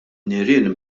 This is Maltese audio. nirien